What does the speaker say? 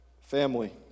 Family